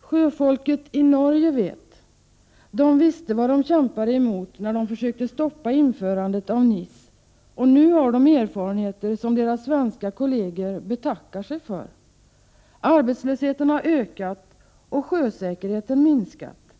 Sjöfolket i Norge vet. De visste vad de kämpade emot när de försökte stoppa införandet av NIS, och nu har de erfarenheter som deras svenska kolleger betackar sig för. Arbetslösheten har ökat och sjösäkerheten minskat.